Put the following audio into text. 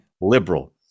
liberal